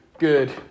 good